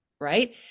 right